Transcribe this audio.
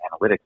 analytics